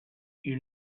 you